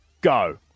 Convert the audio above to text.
go